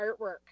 artwork